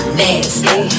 nasty